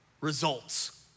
Results